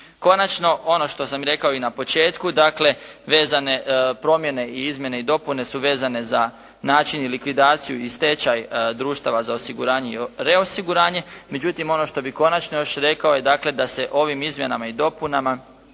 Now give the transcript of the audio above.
Konačno, ono što sam rekao i na početku, dakle vezane promjene i izmjene i dopune se vezane za način i likvidaciju i stečaj društava za osiguranje i reosiguranje, međutim ono što bi konačno još rekao je, dakle da se ovim izmjenama i dopunama